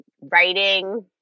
writing